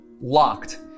locked